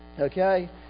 Okay